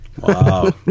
Wow